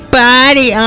body